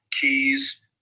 keys